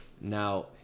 Now